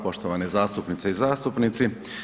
Poštovani zastupnice i zastupnici.